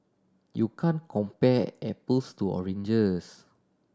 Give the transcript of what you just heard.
you can compare apples to oranges